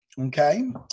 Okay